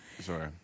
Sorry